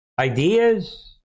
ideas